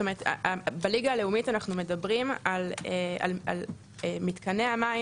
בליגה הלאומית אנחנו מדברים על מתקני המים